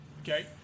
Okay